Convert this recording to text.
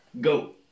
Go